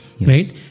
Right